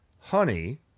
Honey